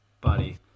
Buddy